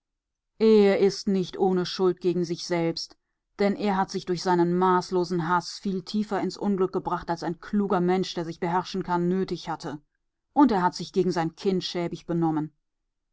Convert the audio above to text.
er ist nicht ohne schuld gegen sich selbst denn er hat sich durch seinen maßlosen haß viel tiefer ins unglück gebracht als ein kluger mensch der sich beherrschen kann nötig hatte und er hat sich gegen sein kind schäbig benommen